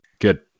Good